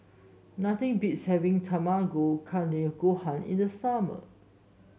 nothing beats having Tamago Kake Gohan in the summer